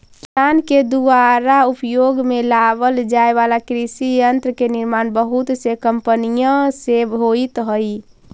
किसान के दुयारा उपयोग में लावल जाए वाला कृषि यन्त्र के निर्माण बहुत से कम्पनिय से होइत हई